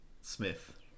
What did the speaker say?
smith